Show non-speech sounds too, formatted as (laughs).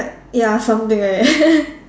ya something like that (laughs)